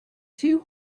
two